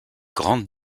grandes